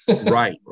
Right